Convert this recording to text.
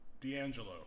D'Angelo